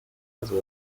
person